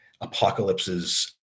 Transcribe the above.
apocalypses